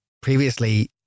previously